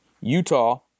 Utah